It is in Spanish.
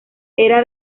era